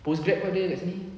postgrad ada kat sini